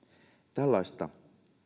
tällaista